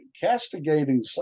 castigating